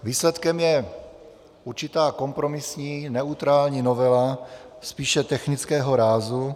Výsledkem je určitá kompromisní neutrální novela spíše technického rázu.